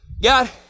God